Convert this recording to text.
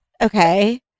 Okay